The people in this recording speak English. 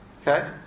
Okay